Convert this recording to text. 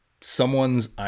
someone's